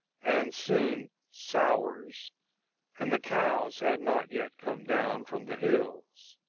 and soon sours and the cows had not yet come down from the hills.